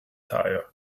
tired